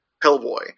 hellboy